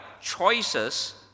choices